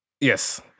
Yes